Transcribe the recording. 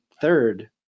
third